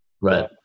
right